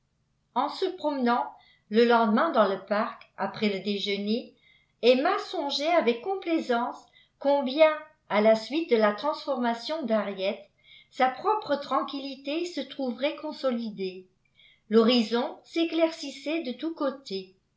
en se promenant le lendemain dans le parc après le déjeuner emma songeait avec complaisance combien à la suite de la transformation d'henriette sa propre tranquillité se trouverait consolidée l'horizon s'éclaircissait de tous côtés